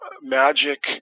magic